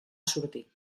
sortir